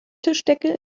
tischdecke